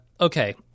Okay